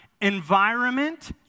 Environment